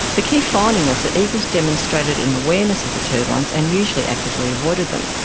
the key finding was that eagles demonstrated an awareness of the turbines, and usually actively avoided them.